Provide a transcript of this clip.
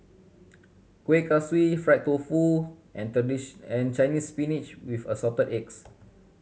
Kuih Kaswi fried tofu and Chinese Spinach with Assorted Eggs